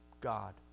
God